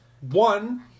one